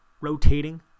rotating